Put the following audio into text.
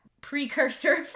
precursor